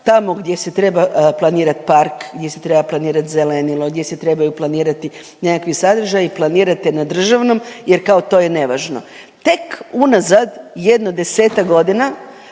tamo gdje se treba planirati park, gdje se treba planirat zelenilo, gdje se trebaju planirati nekakvi sadržaji planirate na državnom jer kao to je nevažno. Tek unazad jedno desetak godina